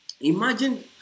Imagine